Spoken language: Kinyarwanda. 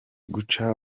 guca